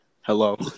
Hello